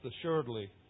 assuredly